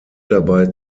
dabei